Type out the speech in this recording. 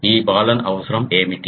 ఈ బాలన్ అవసరం ఏమిటి